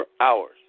hours